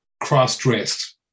cross-dressed